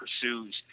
pursues